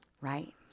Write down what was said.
Right